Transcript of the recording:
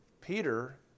Peter